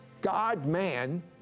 God-man